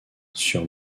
sur